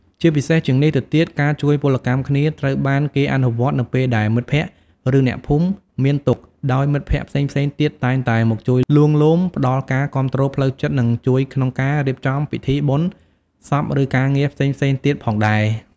ជាពិសេសជាងនេះទៅទៀត ការជួយពលកម្មគ្នាត្រូវបានគេអនុវត្តនៅពេលដែលមិត្តភក្តិឬអ្នកភូមិមានទុក្ខ ដោយមិត្តភក្តិផ្សេងៗទៀតតែងតែមកជួយលួងលោម ផ្តល់ការគាំទ្រផ្លូវចិត្ត និងជួយក្នុងការរៀបចំពិធីបុណ្យសពឬការងារផ្សេងៗទៀតផងដែរ។